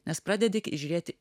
nes pradedi žiūrėt